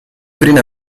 prime